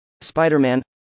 Spider-Man